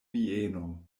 vieno